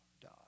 die